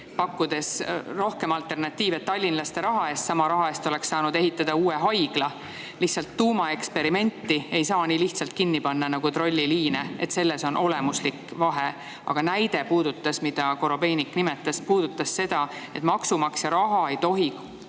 pakkudes rohkem alternatiive – tallinlaste raha eest, sama raha eest oleks saanud ehitada uue haigla. Tuumaeksperimenti ei saa nii lihtsalt kinni panna nagu trolliliine. Selles on olemuslik vahe. Aga näide, mida Korobeinik nimetas, puudutas seda, et maksumaksja raha ei tohi kasutada